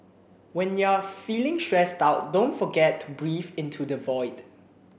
when you are feeling stressed out don't forget to breathe into the void